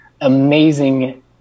amazing